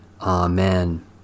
Amen